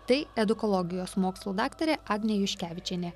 tai edukologijos mokslų daktarė agnė juškevičienė